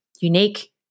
unique